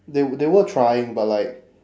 they they were trying but like